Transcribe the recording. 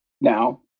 now